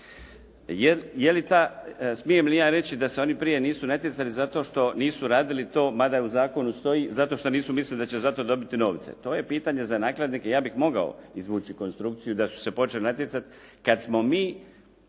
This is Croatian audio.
Smijem li ja reći da se oni prije nisu natjecali zato što nisu radili to, mada u zakonu stoji zato što nisu mislili da će zato dobiti novce. To je pitanje za nakladnika. Ja bih mogao izvući konstrukciju da su se počeli natjecati